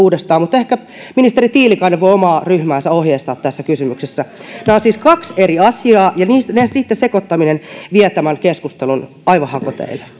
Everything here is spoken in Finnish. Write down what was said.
vääntäen uudestaan mutta ehkä ministeri tiilikainen voi omaa ryhmäänsä ohjeistaa tässä kysymyksessä nämä ovat siis kaksi eri asiaa ja niiden sekoittaminen vie tämän keskustelun aivan hakoteille